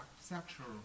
sexual